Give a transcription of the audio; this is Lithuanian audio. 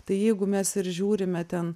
tai jeigu mes ir žiūrime ten